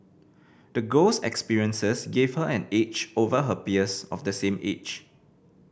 the girl's experiences gave her an edge over her peers of the same age